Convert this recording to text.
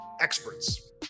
experts